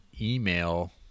email